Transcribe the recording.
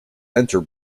enter